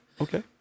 Okay